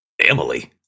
Emily